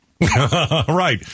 Right